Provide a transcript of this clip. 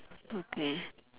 okay